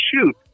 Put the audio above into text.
shoot